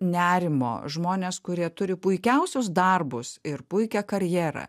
nerimo žmonės kurie turi puikiausius darbus ir puikią karjerą